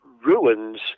ruins